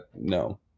No